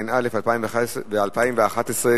התשע"א 2011,